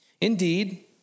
Indeed